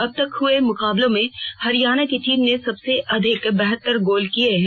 अबतक हुए मुकाबलों में हरियाणा की टीम ने सबसे अधिक बहत्तर गोल किये हैं